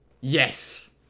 Yes